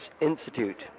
Institute